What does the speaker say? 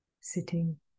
sitting